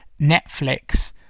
Netflix